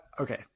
Okay